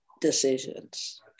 decisions